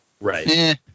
Right